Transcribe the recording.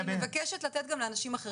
אני מבקשת לתת גם לאנשים אחרים.